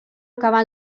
acabà